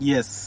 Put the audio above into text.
Yes